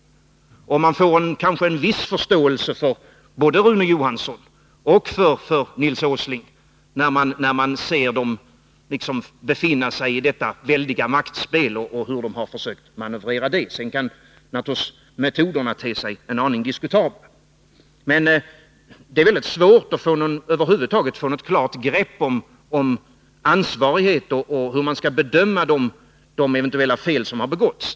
Man får kanske en viss förståelse för både Rune Johansson och Nils Åsling när man ser dem befinna sig i detta väldiga maktspel och hur de har försökt att manövrera det. Sedan kan naturligtvis metoderna te sig en aning diskutabla. Det är väldigt svårt att över huvud taget få något klart begrepp om ansvarighet, och hur man skall bedöma de eventuella fel som har begåtts.